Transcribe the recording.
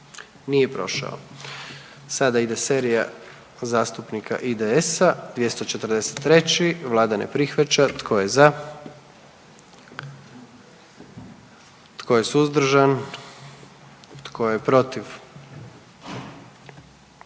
dio zakona. 44. Kluba zastupnika SDP-a, vlada ne prihvaća. Tko je za? Tko je suzdržan? Tko je protiv?